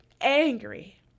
angry